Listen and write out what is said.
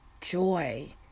joy